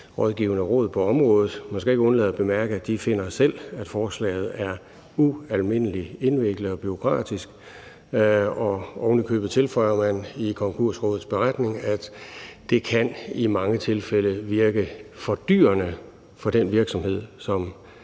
rådgivende råd på området. Men jeg skal ikke undlade at bemærke, at de selv finder, at forslaget er ualmindelig indviklet og bureaukratisk, og ovenikøbet tilføjer man i Konkursrådets beretning, at det i mange tilfælde kan virke fordyrende for den virksomhed, hvis